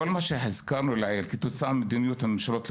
כל מה שהזכרנו לעיל כתוצאת ממדיניות הממשלות לדורותיהן,